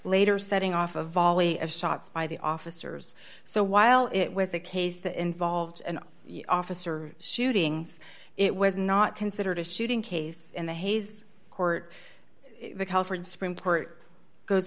later setting off a volley of shots by the officers so while it was a case that involved an officer shootings it was not considered a shooting case in the hayes court the california supreme court goes